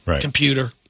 computer